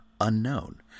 Unknown